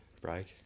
break